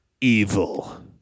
evil